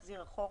אחורה.